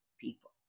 people